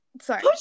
sorry